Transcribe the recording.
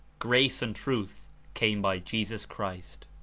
grace and truth came by jesus chris t.